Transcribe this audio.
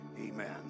Amen